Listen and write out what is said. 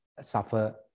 suffer